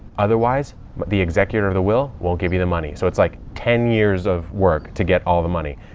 otherwise but the executor of the will won't give you the money. so it's like ten years of work to get all the money.